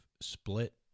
split